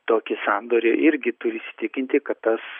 tokį sandorį irgi turi įsitikinti kad tas